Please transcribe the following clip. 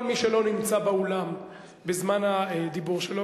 כל מי שלא נמצא באולם בזמן הדיבור שלו,